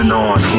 on